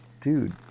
Dude